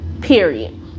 period